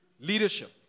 leadership